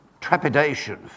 trepidation